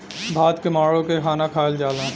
भात के माड़ो के खाना खायल जाला